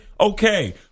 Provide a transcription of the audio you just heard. okay